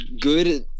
good